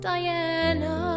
Diana